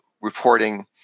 reporting